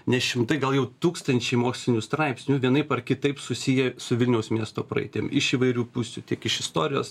ne šimtai gal jau tūkstančiai mokslinių straipsnių vienaip ar kitaip susiję su vilniaus miesto praeitim iš įvairių pusių tiek iš istorijos